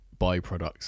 byproducts